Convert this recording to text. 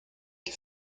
que